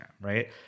right